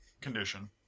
condition